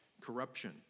corruption